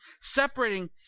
separating